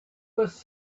was